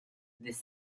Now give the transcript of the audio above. this